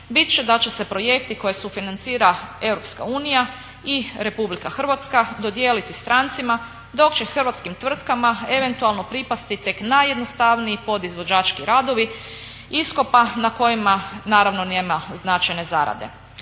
bit će da će se projekti koje sufinancira Europska unija i Republika Hrvatska dodijeliti strancima, dok će hrvatskim tvrtkama eventualno pripasti tek najjednostavniji podizvođački radovi iskopa na kojima naravno nema značajne zarade.